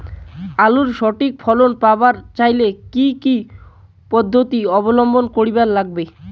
আলুর সঠিক ফলন পাবার চাইলে কি কি পদ্ধতি অবলম্বন করিবার লাগবে?